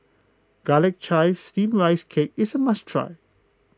Garlic Chives Steamed Rice Cake is a must try